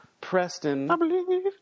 Preston